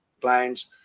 clients